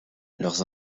leurs